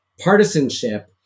partisanship